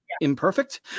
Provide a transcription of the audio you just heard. imperfect